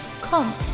Come